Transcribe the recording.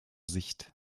sicht